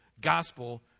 gospel